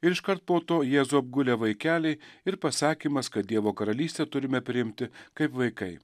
ir iškart po to jėzų apgulę vaikeliai ir pasakymas kad dievo karalystę turime priimti kaip vaikai